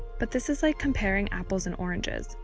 but this is like comparing apples and oranges.